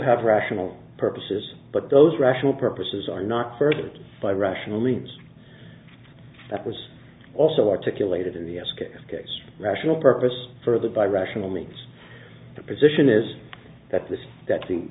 have rational purposes but those rational purposes are not furthered by rational means that was also articulated in the s k t s k t rational purpose furthered by rational means the position is that this that th